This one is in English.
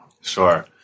Sure